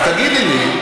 אז תגידי לי.